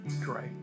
Great